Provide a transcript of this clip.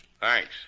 Thanks